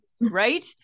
right